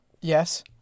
Yes